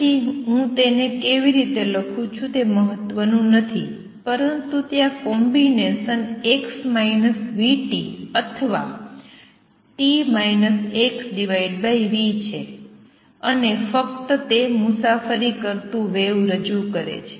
પછી હું તેને કેવી રીતે લખુ છુ તે મહત્વનુ નથી પરંતુ ત્યાં કોમ્બિનેસન x vt અથવા t - xv છે અને ફક્ત તે મુસાફરી કરતું વેવ રજૂ કરે છે